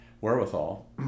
wherewithal